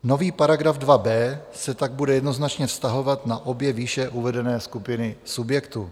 Nový § 2b se tak bude jednoznačně vztahovat na obě výše uvedené skupiny subjektů.